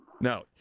No